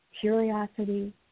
curiosity